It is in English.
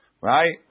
Right